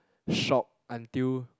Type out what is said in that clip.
shocked until